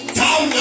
down